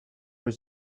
his